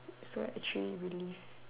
so like train really